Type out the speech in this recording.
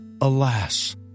alas